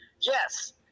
Yes